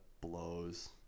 blows